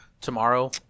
tomorrow